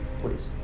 please